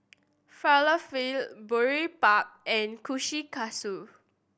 Falafel Boribap and Kushikatsu